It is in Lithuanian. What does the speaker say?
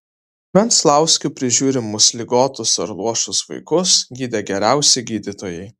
venclauskių prižiūrimus ligotus ar luošus vaikus gydė geriausi gydytojai